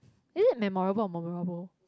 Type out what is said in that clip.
is it memorable or memorable